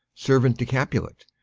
servant to capulet.